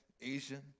Asian